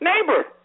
neighbor